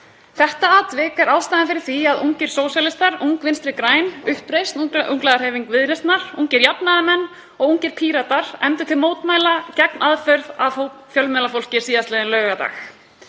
Þetta atvik er ástæðan fyrir því að Ungir sósíalistar, Ung Vinstri græn, Uppreisn, ungliðahreyfing Viðreisnar, Ungir jafnaðarmenn og Ungir Píratar efndu til mótmæla gegn aðför að fjölmiðlafólki síðastliðinn laugardag.